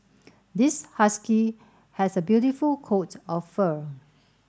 this husky has a beautiful coat of fur